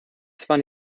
zwar